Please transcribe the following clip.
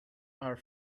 are